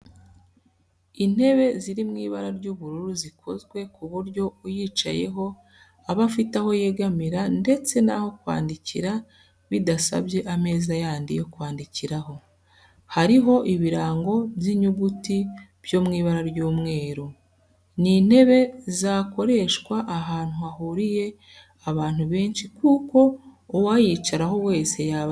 Intebe ziri mu ibara ry'ubururu zikozwe ku buryo uyicayeho aba afite aho yegamira ndetse n'aho kwandikira bidasabye ameza yandi yo kwandikiraho, hariho ibirango by'inyuguti byo mw'ibara ry'umweru. Ni intebe zakoreshwa ahantu hahuriye abantu benshi kuko uwayicaraho wese yaba yicaye neza.